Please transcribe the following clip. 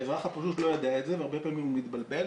האזרח הפשוט לא יודע את זה והרבה פעמים הוא מתבלבל.